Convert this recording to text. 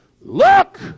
look